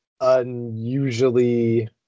unusually